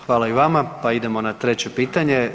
Hvala i vama, pa idemo na treće pitanje.